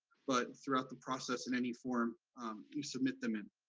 but throughout the process in any form you submit them in.